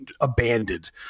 abandoned